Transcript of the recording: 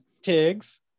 Tiggs